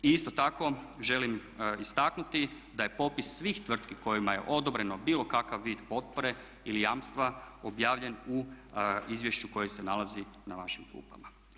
I isto tako želim istaknuti daje popis svih tvrtki kojima je odobreno bilo kakav vid potpore ili jamstva objavljen u izvješću koje se nalazi na vašim klupama.